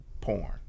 porn